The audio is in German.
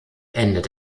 endet